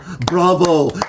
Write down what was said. Bravo